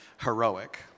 heroic